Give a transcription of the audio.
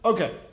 Okay